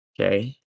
Okay